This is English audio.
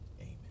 amen